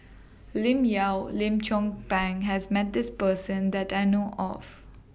Lim Yau Lim Chong Pang has Met This Person that I know of